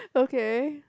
okay